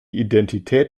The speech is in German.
identität